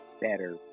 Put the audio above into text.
better